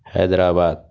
حیدر آباد